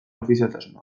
ofizialtasuna